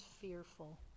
fearful